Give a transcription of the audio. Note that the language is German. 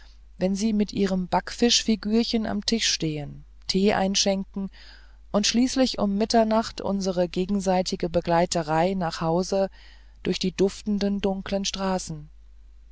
wenn sie mit ihrem backfischfigürchen am tisch stehend tee einschenken und schließlich um mitternacht unsere gegenseitige begleiterei nach hause durch die duftenden dunklen straßen